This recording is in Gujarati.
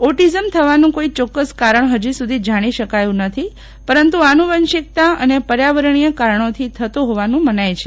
ઓટિઝમ થવાનું કોઇ ચોક્કસ કારણ હજુ સુધી જાણી શકાયુ નથી પરંતુ આનુવંશિકતા અને પર્યાવરણીય કારણોથી થતો હોવાનું મનાય છે